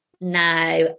Now